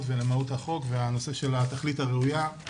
ולמהות החוק והנושא של התכלית הראויה.